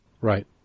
Right